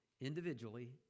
individually